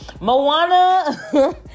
Moana